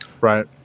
right